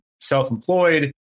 self-employed